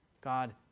God